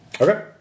Okay